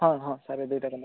ହଁ ହଁ ସାର୍ ଏଇ ଦୁଇଟା ଯାକ ମୋର